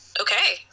okay